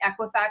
Equifax